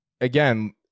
again